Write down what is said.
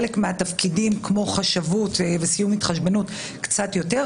בחלק מהתפקידים כמו חשבות וסיום התחשבנות קצת יותר,